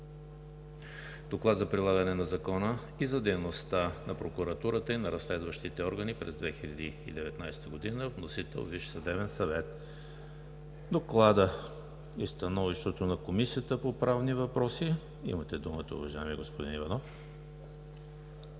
Доклад за прилагането на закона и за дейността на прокуратурата и на разследващите органи през 2019 г. Вносител – Висшият съдебен съвет. За Доклада и становището на Комисията по правни въпроси – имате думата, уважаеми господин Иванов.